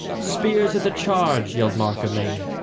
spears at the charge! yelled mark amain.